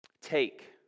take